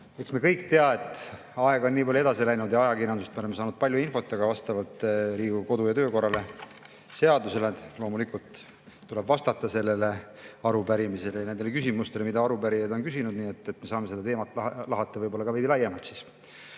Eks me kõik tea, et aeg on nii palju edasi läinud ja ajakirjandusest oleme saanud palju infot, aga vastavalt Riigikogu kodu‑ ja töökorra seadusele loomulikult tuleb vastata sellele arupärimisele ja nendele küsimustele, mida arupärijad on küsinud. Nii et me saame seda teemat lahata võib-olla ka veidi laiemalt.